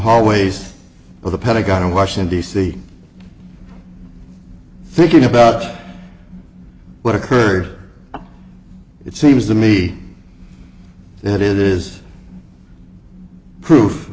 hallways of the pentagon in washington d c thinking about what occurred it seems to me that it is proof